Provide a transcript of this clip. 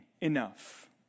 enough